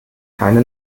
keine